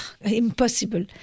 impossible